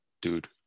dude